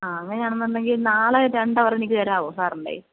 ആഹ് അങ്ങനെ ആണെന്നുണ്ടെങ്കിൽ നാളെ രണ്ട് അവറ് എനിക്ക് തരാവോ സാറിന്റെ